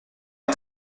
est